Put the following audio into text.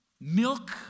milk